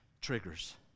triggers